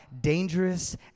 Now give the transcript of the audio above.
dangerous